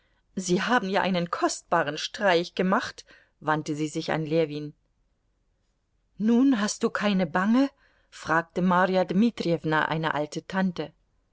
sie haben ja einen kostbaren streich gemacht wandte sie sich an ljewin nun hast du keine bange fragte marja dmitrijewna eine alte tante